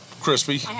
Crispy